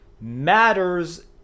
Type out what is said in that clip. matters